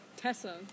Tessa